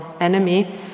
enemy